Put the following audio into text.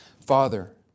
Father